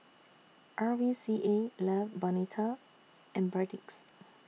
R V C A Love Bonito and Perdix